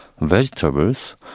vegetables